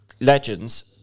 legends